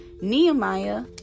Nehemiah